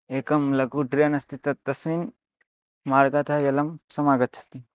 एकं लधु ड्रेन् अस्ति तत् तस्मिन् मार्गतः जलं समागच्छति